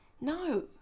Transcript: No